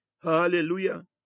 Hallelujah